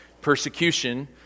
persecution